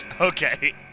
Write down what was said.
Okay